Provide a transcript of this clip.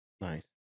Nice